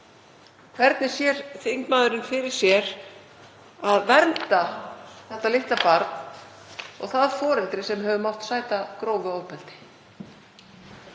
Hvernig sér þingmaðurinn fyrir sér að vernda þetta litla barn og það foreldri sem hefur mátt sæta grófu ofbeldi?